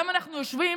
גם אם אנחנו יושבים,